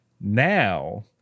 Now